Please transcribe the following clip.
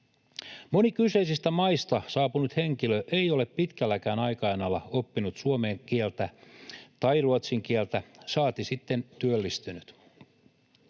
Moni kyseisistä maista saapunut henkilö ei ole pitkälläkään aikajanalla oppinut suomen kieltä tai ruotsin kieltä, saati sitten työllistynyt.